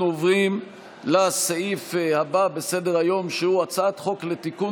אנחנו עוברים לסעיף הבא בסדר-היום: הצעת חוק לתיקון